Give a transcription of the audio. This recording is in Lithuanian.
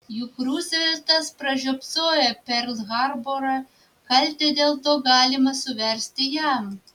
juk ruzveltas pražiopsojo perl harborą kaltę dėl to galima suversti jam